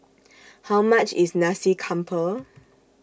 How much IS Nasi Campur